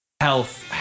health